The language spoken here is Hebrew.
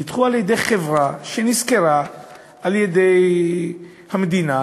נדחו על-ידי חברה שנשכרה על-ידי המדינה